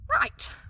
Right